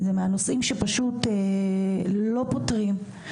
זה אחד מהנושאים שפשוט לא פותרים.